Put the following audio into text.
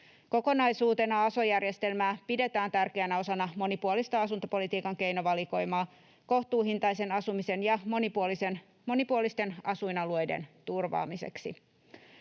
Kokonaisuutena aso-järjestelmää pidetään tärkeänä osana monipuolista asuntopolitiikan keinovalikoimaa kohtuuhintaisen asumisen ja monipuolisten asuinalueiden turvaamiseksi.